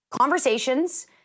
conversations